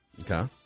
Okay